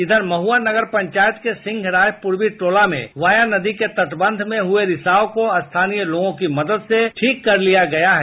इधर महुआ नगर पंचायत के सिंहराय पूर्वी टोला में वाया नदी के तटबंध में हुए रिसाव को स्थानीय लोगों की मदद से ठीक कर लिया गया है